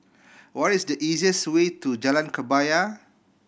what is the easiest way to Jalan Kebaya